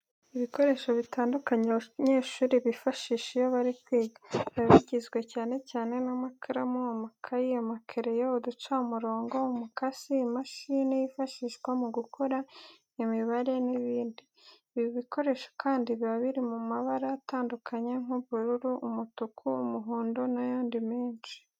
Ibikoresho bitandukanye abanyeshuri bifashisha iyo bari kwiga, biba bigizwe cyane cyane n'amakaramu, amakayi, amakereyo, uducamurongo, umukasi, imashini yifashishwa mu gukora imibare n'ibindi. Ibi bikoresho kandi biba biri mu mabara atandukanye nk'ubururu, umutuku, umuhondo n'ayandi menshi.